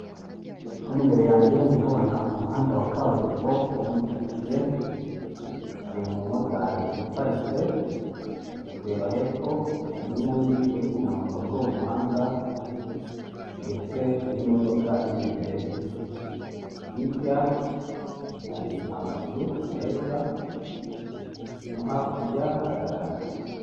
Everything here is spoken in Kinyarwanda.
Hano imbere yanjye ndahabona umuhanda wa kaburimbo wo muri karitsiye; hari umumotari uparitse ari kureba hepfo; hari n'undi uri kumanuka muri uwo muhanda ndetse n'imodoka iri imbere ye. Hirya hari amazu meza no hakurya hari ayandi.